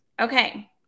Okay